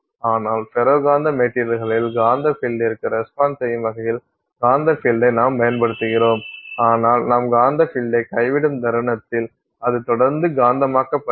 ஆனால் ஃபெரோ காந்தப் மெட்டீரியல்களில் காந்த பீல்டிற்கு ரெஸ்பான்ஸ் செய்யும்வகையில் காந்த பீல்டை நாம் பயன்படுத்துகிறோம் ஆனால் நாம் காந்த பீல்டை கைவிடும் தருணத்தில் அது தொடர்ந்து காந்தமாக்கப்படுகிறது